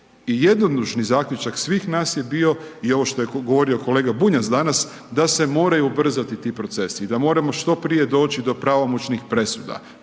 I jednodušni zaključak svih nas je bio je ovo što je govorio kolega Bunjac danas, da se moraju ubrzati ti procesi i da moramo što prije doći do pravomoćnih presuda,